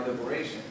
liberation